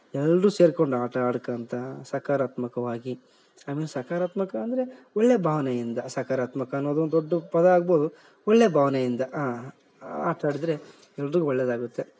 ಎಲ್ಲರು ಸೇರ್ಕೊಂಡು ಆಟ ಆಡ್ಕೋತ ಸಕಾರಾತ್ಮಕವಾಗಿ ಆಮೇಲೆ ಸಕಾರಾತ್ಮಕ ಅಂದರೆ ಒಳ್ಳೆ ಭಾವ್ನೆಯಿಂದ ಸಕಾರಾತ್ಮಕ ಅನ್ನೋದು ದೊಡ್ಡ ಪದ ಆಗ್ಬೋದು ಒಳ್ಳೆ ಭಾವ್ನೆಯಿಂದ ಆಟ ಆಡಿದ್ರೆ ಎಲ್ಲರಿಗೂ ಒಳ್ಳೇದಾಗುತ್ತೆ